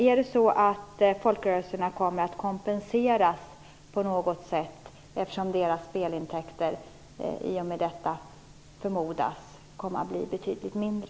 Kommer folkrörelserna att kompenseras på något sätt, eftersom deras spelintäkter i och med detta förmodas komma att bli betydligt mindre?